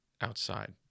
outside